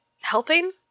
helping